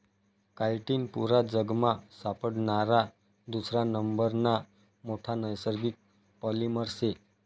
chitin पुरा जगमा सापडणारा दुसरा नंबरना मोठा नैसर्गिक पॉलिमर शे